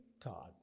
Todd